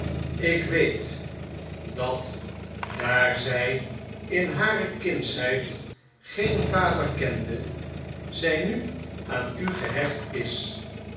ik weet dat daar zjj in hare kindsheid geen vader kende zj nu aan u gehecht is